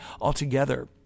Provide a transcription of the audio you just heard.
altogether